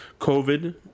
COVID